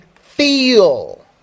feel